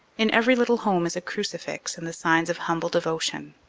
in every little home is a crucifix and the signs of humble devotion.